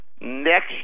Next